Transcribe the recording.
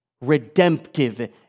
redemptive